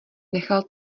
nechal